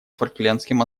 фолклендским